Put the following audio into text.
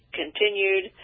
continued